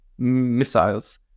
missiles